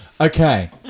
okay